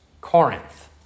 Corinth